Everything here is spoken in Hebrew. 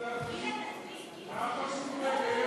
סעיף 1 נתקבל.